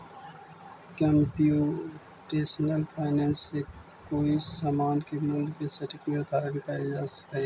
computational finance से कोई समान के मूल्य के सटीक निर्धारण कैल जा हई